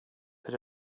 that